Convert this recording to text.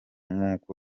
nk’uko